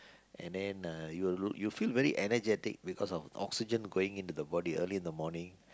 and then uh you will you'll feel very energetic because of oxygen going into the body early in the morning